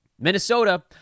Minnesota